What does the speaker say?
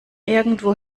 irgendwo